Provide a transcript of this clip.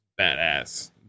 badass